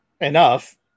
enough